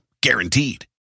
Guaranteed